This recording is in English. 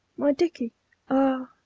my dickey ah!